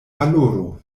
valoro